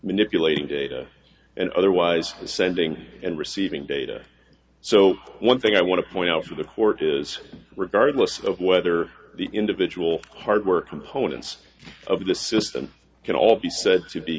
manipulating data and otherwise sending and receiving data so one thing i want to point out to the court is regardless of whether the individual hardware components of the system can all be